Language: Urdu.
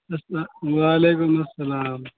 اسلا وعلیکم السلام